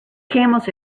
camels